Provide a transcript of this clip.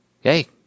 Hey